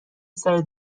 سرت